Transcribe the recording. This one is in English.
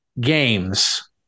games